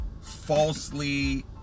Falsely